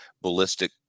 ballistic